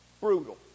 brutal